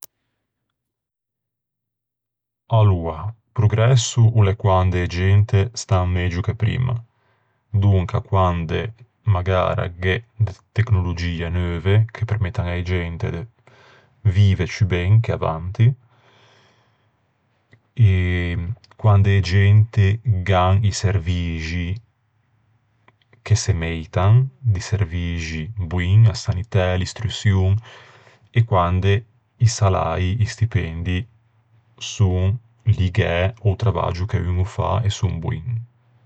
Aloa, progresso o l'é quande e gente stan megio che primma. Donca quande magara gh'é de tecnologie neuve, che permettan a-e gente de vive ciù ben che avanti. Quande e gente gh'an i servixi che se meitan, di servixi boin: a sanitæ, l'istruçion... E quande i saläi, i stipendi son ligæ a-o travaggio che un o fa e son boin.